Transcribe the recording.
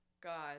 God